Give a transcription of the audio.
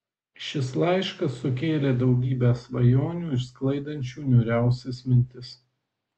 šis laiškas sukėlė daugybę svajonių išsklaidančių niūriausias mintis